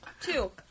Two